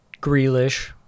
Grealish